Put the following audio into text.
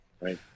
right